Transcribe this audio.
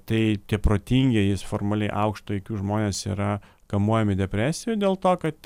tai tie protingieji sformaliai aukšto aikiū žmonės yra kamuojami depresijų dėl to kad